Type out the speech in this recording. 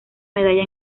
medalla